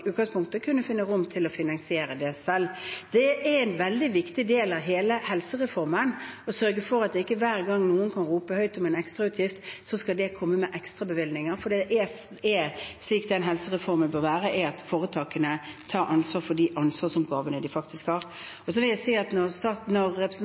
finne rom til å kunne finansiere det. Det er en veldig viktig del av hele helsereformen å sørge for at det ikke skal komme ekstrabevilgninger hver gang noen roper høyt om ekstrautgifter. Helsereformen bør være slik at helseforetakene faktisk tar ansvar for de oppgavene de har. Når representanten sier at helseforetakene er